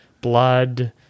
Blood